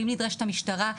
ואם נדרשת המשטרה,